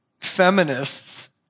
feminists